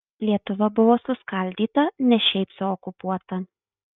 lietuva buvo suskaldyta ne šiaip sau okupuota